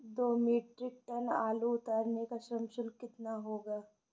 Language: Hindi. दो मीट्रिक टन आलू उतारने का श्रम शुल्क कितना होगा?